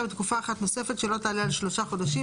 לתקופה אחת נוספת שלא תעלה על שלושה חודשים,